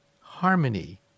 harmony